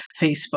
Facebook